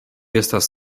estas